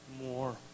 More